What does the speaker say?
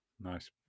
Nice